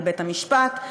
על בית-המשפט,